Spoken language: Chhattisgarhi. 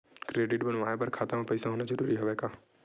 क्रेडिट बनवाय बर खाता म पईसा होना जरूरी हवय का?